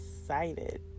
excited